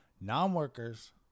Non-workers